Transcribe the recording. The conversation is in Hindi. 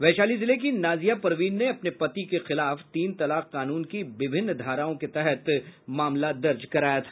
वैशाली जिले की नाजिया परवीन ने अपने पति के खिलाफ तीन तलाक कानून की विभिन्न धाराओं के तहत मामला दर्ज कराया था